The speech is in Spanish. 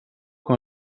con